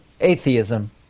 atheism